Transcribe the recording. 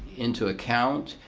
into account.